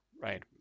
right